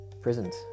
Prisons